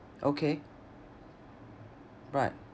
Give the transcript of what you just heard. okay right